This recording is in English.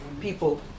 people